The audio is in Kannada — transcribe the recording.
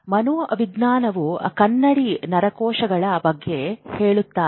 ಮನೋವಿಜ್ಞಾನವು ಕನ್ನಡಿ ನರಕೋಶಗಳ ಬಗ್ಗೆ ಹೇಳುತ್ತದೆ